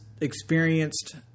experienced